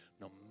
no